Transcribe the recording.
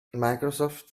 microsoft